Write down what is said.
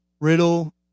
Riddle